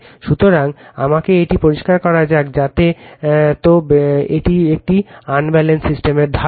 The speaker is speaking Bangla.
সুতরাং আমাকে এটি পরিষ্কার করা যাক যাতে তো এটি একটি আনব্যালেন্সড সিস্টেমের ধারণা